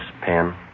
pen